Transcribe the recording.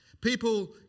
People